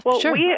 sure